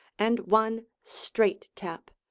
and one straight-tap,